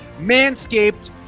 Manscaped